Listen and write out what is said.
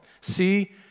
See